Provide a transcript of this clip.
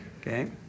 okay